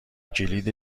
کلید